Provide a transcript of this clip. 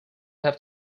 have